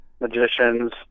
magicians